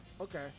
Okay